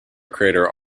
crater